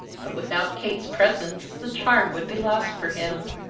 but without kate's presence the charm would be lost for him.